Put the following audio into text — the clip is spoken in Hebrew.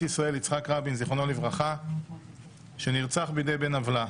ישראל יצחק רבין ז"ל שנרצח בידי בן עוולה.